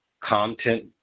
content